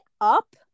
up